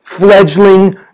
fledgling